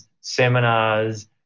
seminars